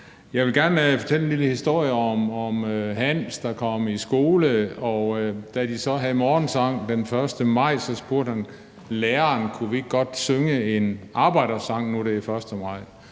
Jeg vil gerne fortælle en lille historie om Hans, der kom i skole, og da de så havde morgensang den 1. maj, spurgte han læreren: Kunne vi ikke godt synge en arbejdersang, når nu det er den